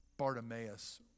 Bartimaeus